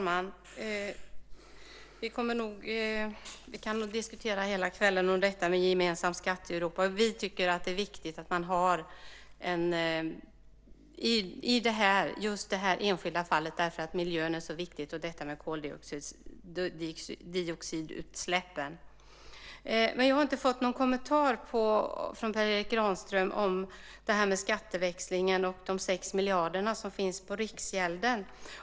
Herr talman! Vi kan nog diskutera hela kvällen om detta med gemensam skatt i Europa. Vi tycker att det är viktigt att man har det i just det här enskilda fallet, därför att miljön är så viktig, liksom detta med koldioxidutsläppen. Jag har inte fått någon kommentar från Per Erik Granström om skatteväxlingen och de 6 miljarderna som finns på Riksgälden.